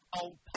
old